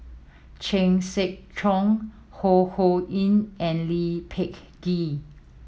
Chan Sek Keong Ho Ho Ying and Lee Peh Gee